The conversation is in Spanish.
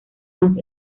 más